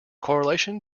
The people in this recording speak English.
correlation